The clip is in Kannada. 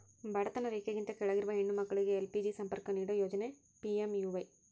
ಬಡತನ ರೇಖೆಗಿಂತ ಕೆಳಗಿರುವ ಹೆಣ್ಣು ಮಕ್ಳಿಗೆ ಎಲ್.ಪಿ.ಜಿ ಸಂಪರ್ಕ ನೀಡೋ ಯೋಜನೆ ಪಿ.ಎಂ.ಯು.ವೈ